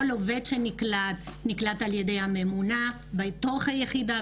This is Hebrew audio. כל עובד שנקלט נקלט על ידי הממונה בתוך היחידה,